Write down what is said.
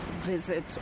visit